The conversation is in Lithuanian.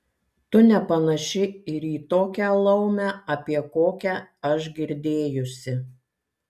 tu nepanaši ir į tokią laumę apie kokią aš girdėjusi